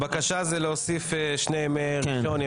הבקשה היא להוסיף שני ימי ראשון,